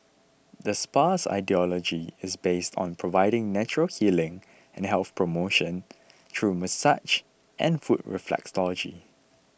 the spa's ideology is based on providing natural healing and health promotion through massage and foot reflexology